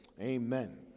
Amen